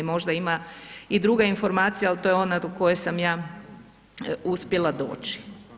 Možda ima i druga informacija, ali to je ona do koje sam ja uspjela doći.